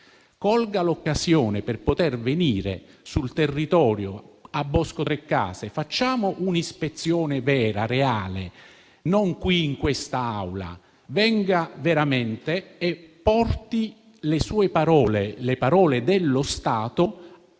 Colga l'occasione per venire sul territorio, a Boscotrecase. Facciamo un'ispezione vera e reale, non qui in quest'Aula. Venga veramente e porti le sue parole, le parole dello Stato,